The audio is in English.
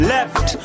Left